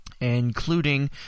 including